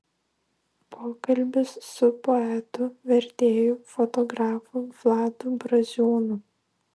pokalbis su poetu vertėju fotografu vladu braziūnu